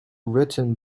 written